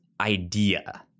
idea